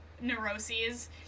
neuroses